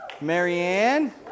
Marianne